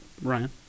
ryan